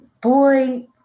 boy